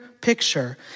picture